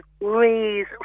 raise